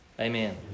Amen